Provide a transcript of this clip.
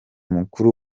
mukuru